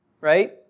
right